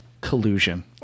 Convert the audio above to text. collusion